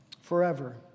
forever